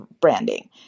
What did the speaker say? branding